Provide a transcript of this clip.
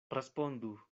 respondu